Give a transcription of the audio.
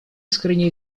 искренне